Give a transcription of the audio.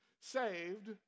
saved